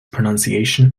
pronunciation